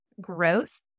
growth